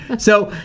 and so,